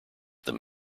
them